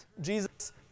Jesus